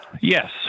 Yes